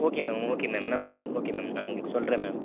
okay ma'am okay ma'am okay ma'am நான் உங்களுக்கு சொல்கிறேன் மேம்